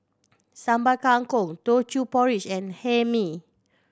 Sambal Kangkong Teochew Porridge and Hae Mee